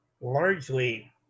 largely